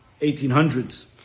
1800s